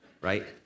right